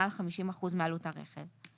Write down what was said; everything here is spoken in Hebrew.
מעל 50 אחוזים מעלות הרכב.